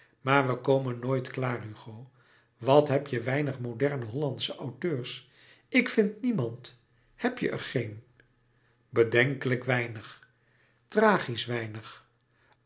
maar we komen nooit klaar hugo wat heb je weinig moderne hollandsche auteurs ik vind niemand heb je er geen bedenkelijk weinig tragisch weinig